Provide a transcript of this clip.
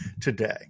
today